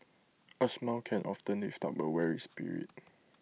A smile can often lift up A weary spirit